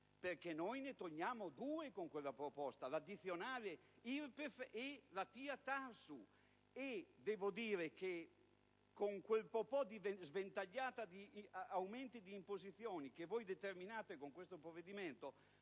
perché noi ne togliamo due, con questa proposta: l'addizionale IRPEF e la TIA-TARSU. Devo dire che, con quella sventagliata di aumenti di imposizioni che voi determinate con questo provvedimento,